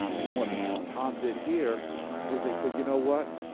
and what pat and tom did here is they said, you know what?